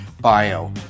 bio